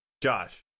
Josh